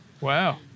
Wow